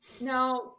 Now